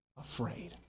afraid